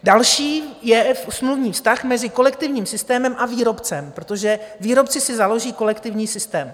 Další je smluvní vztah mezi kolektivním systémem a výrobcem, protože výrobci si založí kolektivní systém.